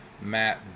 Matt